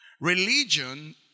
Religion